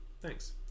Thanks